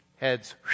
heads